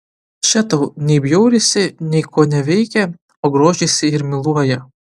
še tau nei bjaurisi nei koneveikia o grožisi ir myluoja